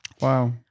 Wow